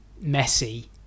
messy